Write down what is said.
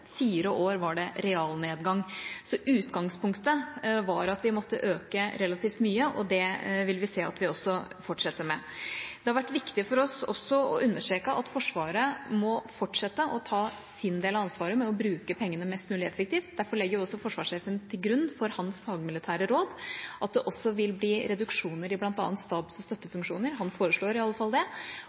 fire år var det realnedgang. Så utgangspunktet var at vi måtte øke relativt mye, og det vil vi se at vi også fortsetter med. Det har vært viktig for oss også å understreke at Forsvaret må fortsette å ta sin del av ansvaret med å bruke pengene mest mulig effektivt. Derfor legger også forsvarssjefen til grunn for sitt fagmilitære råd at det også vil bli reduksjoner i bl.a. stabs- og støttefunksjoner – han foreslår i alle fall det